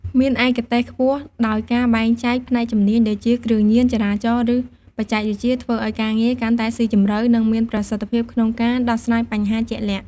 មានឯកទេសខ្ពស់ ដោយការបែងចែកផ្នែកជំនាញដូចជា គ្រឿងញៀន ចរាចរណ៍ ឬបច្ចេកវិទ្យា ធ្វើឱ្យការងារកាន់តែស៊ីជម្រៅ និងមានប្រសិទ្ធភាពក្នុងការដោះស្រាយបញ្ហាជាក់លាក់។